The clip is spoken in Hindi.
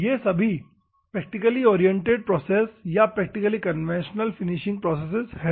ये सभी प्रक्टिकली ओरिएंटेड प्रोसेसेज या प्रक्टिकली कन्वेंशनल फिनिंशिंग प्रोसेसेज हैं